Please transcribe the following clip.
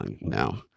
no